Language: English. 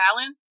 Alan